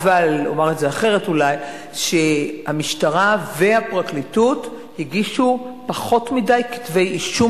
אולי אומר זאת אחרת: המשטרה והפרקליטות הגישו פחות מדי כתבי אישום